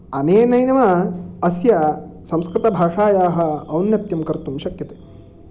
अनेनैव अस्य संस्कृतभाषायाः औन्नत्यं कर्तुं शक्यते